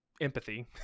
empathy